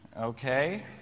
Okay